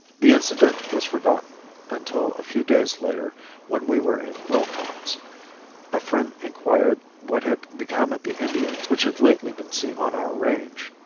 the incident was forgotten until a few days later when we were in willcox a friend inquired what had become of the indians which had lately been seen on our range.